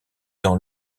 dans